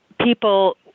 people